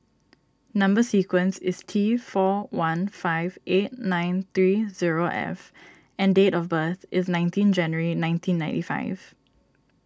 Number Sequence is T four one five eight nine three zero F and date of birth is nineteen January nineteen ninety five